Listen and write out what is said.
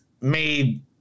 made